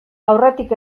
aurretik